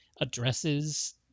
addresses